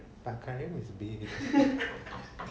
but karim is big